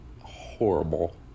horrible